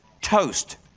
toast